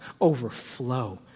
overflow